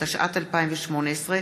התשע"ט 2018,